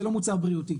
זה לא מוצר בריאותי,